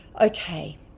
Okay